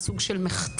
סוג של מחטף,